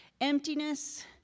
Emptiness